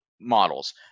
models